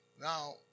Now